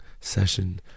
session